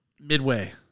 Midway